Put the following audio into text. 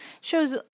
Shows